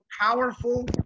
powerful